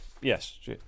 Yes